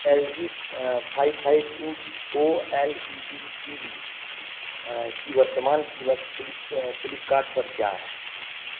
L G A five five inch O L E D T V की वर्तमान कीमत flip Flipkart पर क्या है